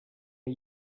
are